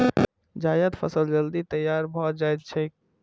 जायद फसल जल्दी तैयार भए जाएत छैक